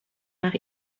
nach